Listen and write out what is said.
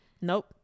Nope